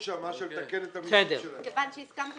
האם רואים בנושא של הטבות המס נושא תקציבי